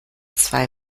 zwei